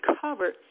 covered